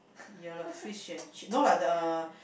ya lah fish and chip no lah the uh